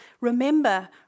Remember